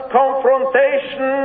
confrontation